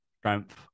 strength